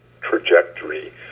trajectory